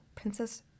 Princess